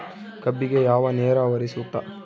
ಕಬ್ಬಿಗೆ ಯಾವ ನೇರಾವರಿ ಸೂಕ್ತ?